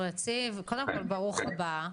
קודם כל ברוך הבא.